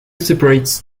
separates